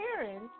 parents